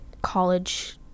college